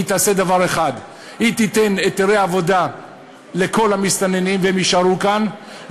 היא תעשה דבר אחד: היא תיתן היתרי עבודה לכל המסתננים והם יישארו כאן,